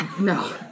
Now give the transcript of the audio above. No